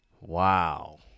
Wow